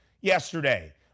yesterday